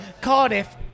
Cardiff